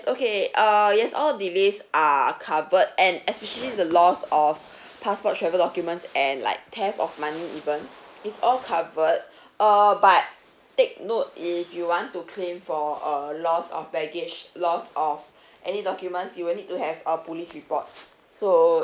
okay uh yes all delays are covered and especially the loss of passport travel documents and like theft of money even it's all covered err but take note if you want to claim for uh loss of baggage loss of any documents you will need to have a police report so